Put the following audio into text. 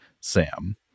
Sam